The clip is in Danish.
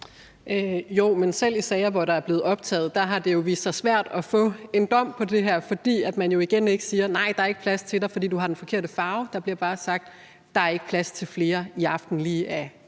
Men selv i sager, hvor der er blevet optaget, har det vist sig svært at få en dom på det her, fordi man jo igen ikke siger: Nej, der er ikke plads til dig, fordi du har den forkerte farve. Der bliver bare sagt: Der er ikke plads til flere i aften lige af